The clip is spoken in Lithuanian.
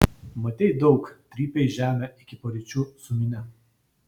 matei daug trypei žemę iki paryčių su minia